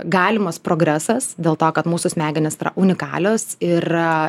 galimas progresas dėl to kad mūsų smegenys yra unikalios ir